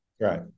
Right